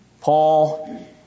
Paul